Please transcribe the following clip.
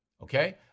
Okay